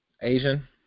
Asian